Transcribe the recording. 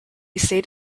stayed